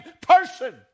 person